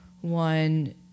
one